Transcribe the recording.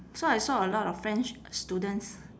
so I saw a lot of french students